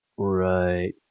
Right